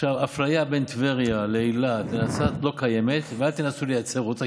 אפליה בין טבריה ואילת ונצרת לא קיימת ואל תנסו לייצר אותה,